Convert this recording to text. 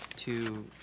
to